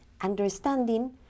understanding